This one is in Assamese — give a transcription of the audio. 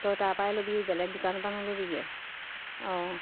তই তাৰ পাই ল'বি বেলেগ দোকানপা নল'বিগৈ অঁ